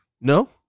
No